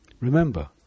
Remember